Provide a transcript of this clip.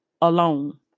alone